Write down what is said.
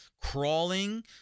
crawling